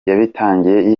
yabitangiye